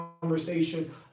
conversation